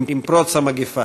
עם פרוץ המגפה.